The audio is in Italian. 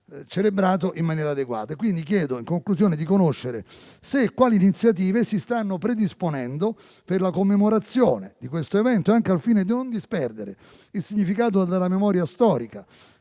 dunque, in conclusione, di conoscere se e quali iniziative si stanno predisponendo per la commemorazione di questo evento, anche al fine di non disperdere il significato della memoria storica,